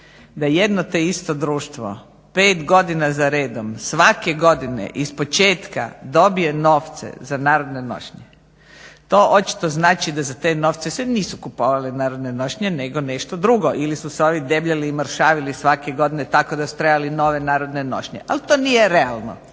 da jedno te isto društvo 5 godina za redom svake godine ispočetka dobije novce za narodne nošnje. To očito znači da za te novce se nisu kupovale narodne nošnje nego nešto drugo ili su se ovi debljali i mršavjeli svake godine tako da su trebali nove narodne nošnje. Ali to nije realno